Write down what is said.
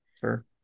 sure